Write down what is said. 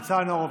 יש הצמדה.